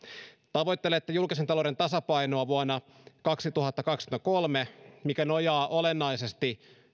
tavoittelette julkisen talouden tasapainoa vuonna kaksituhattakaksikymmentäkolme mikä nojaa olennaisesti